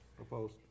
opposed